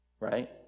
right